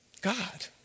God